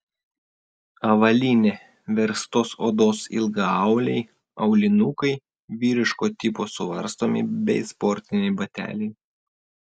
avalynė verstos odos ilgaauliai aulinukai vyriško tipo suvarstomi bei sportiniai bateliai